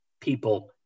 people